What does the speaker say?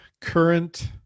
current